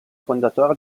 fondatore